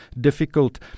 difficult